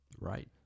Right